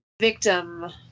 victim